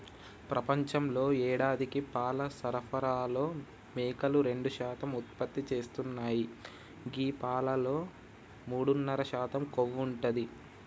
ప్రపంచంలో యేడాదికి పాల సరఫరాలో మేకలు రెండు శాతం ఉత్పత్తి చేస్తున్నాయి గీ పాలలో మూడున్నర శాతం కొవ్వు ఉంటది